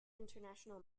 international